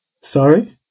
Sorry